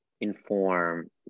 inform